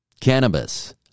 cannabis